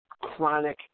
chronic